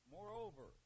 Moreover